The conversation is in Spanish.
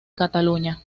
cataluña